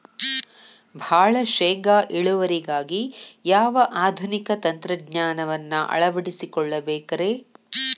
ಭಾಳ ಶೇಂಗಾ ಇಳುವರಿಗಾಗಿ ಯಾವ ಆಧುನಿಕ ತಂತ್ರಜ್ಞಾನವನ್ನ ಅಳವಡಿಸಿಕೊಳ್ಳಬೇಕರೇ?